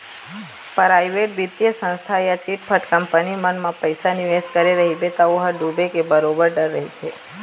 private बित्तीय संस्था या चिटफंड कंपनी मन म पइसा निवेस करे रहिबे त ओ ह डूबे के बरोबर डर रहिथे